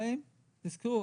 40 שקל?